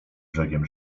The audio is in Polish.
brzegiem